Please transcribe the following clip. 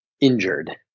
injured